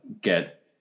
get